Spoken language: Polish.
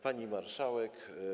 Pani Marszałek!